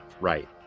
right